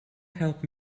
help